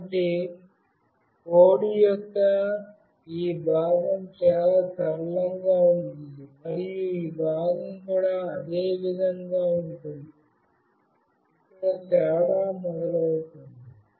కాబట్టి కోడ్ యొక్క ఈ భాగం చాలా సరళంగా ఉంటుంది మరియు ఈ భాగం కూడా అదే విధంగా ఉంటుంది ఇక్కడ తేడా మొదలవుతుంది